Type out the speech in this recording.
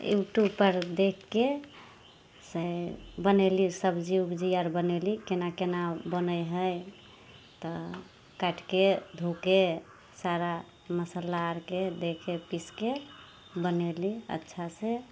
यूटूबपर देखिके से बनेली सब्जी उब्जी आर बनेली कोना कोना बनै हइ तऽ काटिके धोके सारा मसल्ला आरके देके पीसिके बनेली अच्छा से